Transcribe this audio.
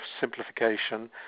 simplification